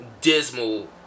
dismal